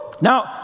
Now